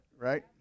Right